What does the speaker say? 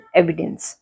evidence